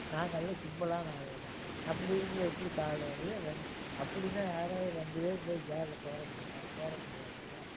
நாங்கள்லாம் சிம்பிளான ஆளுங்க அப்படி இருக்கிற எப்படி கால் உடையும் ரெண்டு அப்படின்னா யாராவது ரெண்டு பேர் போய் சேரில் கோர முடியுமா கோர முடியாதில்ல